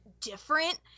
different